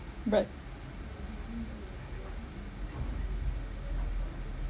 but